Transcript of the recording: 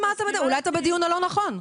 אולי אתה בדיון הלא נכון.